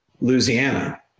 Louisiana